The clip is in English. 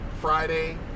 Friday